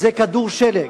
זה כדור שלג.